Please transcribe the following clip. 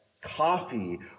coffee